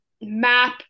map